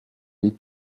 les